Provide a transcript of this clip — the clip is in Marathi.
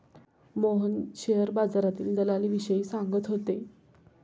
मोहन शेअर बाजारातील दलालीविषयी सांगत होते